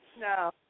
No